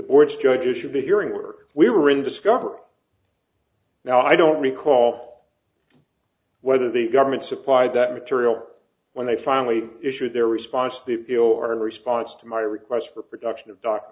board's judges should be hearing where we were in discovery now i don't recall whether the government supplied that material when they finally issued their response the deal are in response to my request for production of doctor